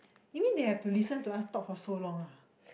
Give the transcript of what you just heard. you mean they have to listen to us talk for so long ah